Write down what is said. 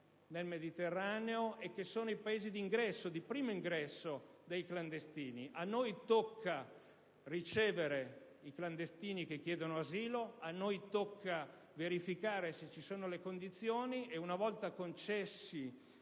del Mediterraneo e con i Paesi di primo ingresso dei clandestini. A noi tocca ricevere i clandestini che chiedono asilo e verificare se ci sono le condizioni e, una volta concessi